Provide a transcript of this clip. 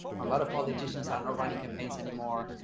a lot of politicians aren't running campaigns anymore.